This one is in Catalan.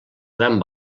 gran